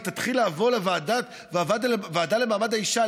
היא תתחיל לבוא לוועדה למעמד האישה,